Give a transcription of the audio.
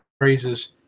praises